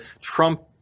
Trump